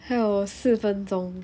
还有四分钟